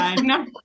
No